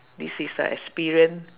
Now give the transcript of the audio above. this is the experience